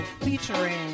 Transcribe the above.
featuring